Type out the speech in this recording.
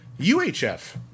UHF